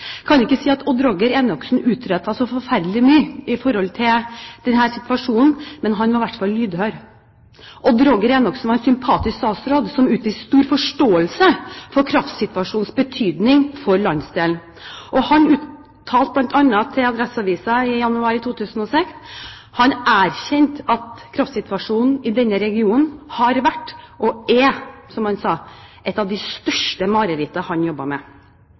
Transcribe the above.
kan ikke si at Odd Roger Enoksen utrettet så forferdelig mye når det gjaldt denne situasjonen, men han var i hvert fall lydhør. Odd Roger Enoksen var en sympatisk statsråd som utviste stor forståelse for kraftsituasjonens betydning for landsdelen. Han uttalte bl.a. til Adresseavisen i januar 2006 at han erkjente at kraftsituasjonen i denne regionen har vært, og er, som han sa, et av de største mareritt han jobbet med.